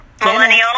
Millennial